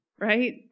Right